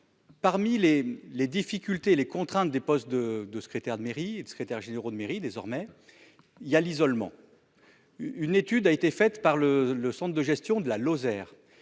Parmi les les difficultés et les contraintes des postes de de secrétaire de mairie et de secrétaires généraux de mairie désormais. Il y a l'isolement. Une étude a été faite par le le Centre de gestion de la Lozère.